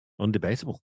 undebatable